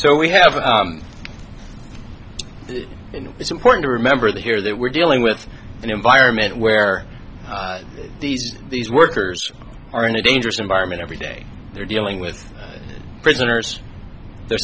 so we have a in it's important to remember here that we're dealing with an environment where these these workers are in a dangerous environment every day they're dealing with prisoners they're